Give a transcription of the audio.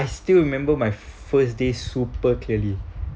still remember my first day super clearly